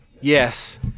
Yes